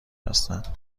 هستند